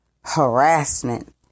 harassment